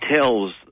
tells